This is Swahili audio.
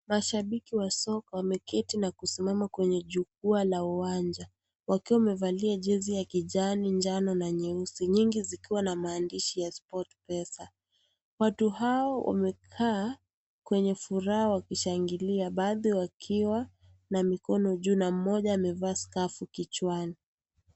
Mashabiki wa soka wameketi na kusimama kwenye jukwaa la uwanja. Wakiwa wamevalia jezi ya kijani njano na nyeusi, nyingi zikiwa na maandishi ya sport pesa. Watu hao wamekaa kwenye furaha wakishangilia, baadhi wakiwa na mikono juu na mwingine amevaa skafu kichwani.